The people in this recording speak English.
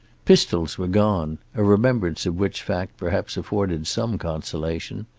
pistols were gone a remembrance of which fact perhaps afforded some consolation.